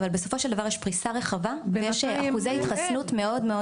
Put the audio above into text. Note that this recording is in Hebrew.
אבל בסופו של דבר יש פריסה רחבה ויש אחוזי התחסנות מאוד מאוד גבוהים.